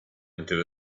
into